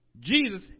Jesus